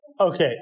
Okay